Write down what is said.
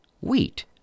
wheat